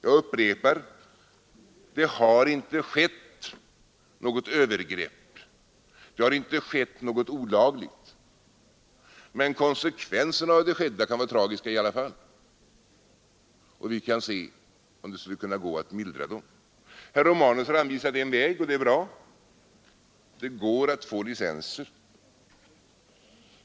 Jag upprepar att det inte har skett något övergrepp eller något olagligt, men konsekvensen av det skedda kan i alla fall vara tragisk. Vi bör undersöka om det går att mildra följderna. Herr Romanus har anvisat en väg som är bra, nämligen att det går att få licenser.